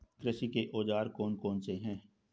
कृषि के औजार कौन कौन से हैं?